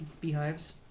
beehives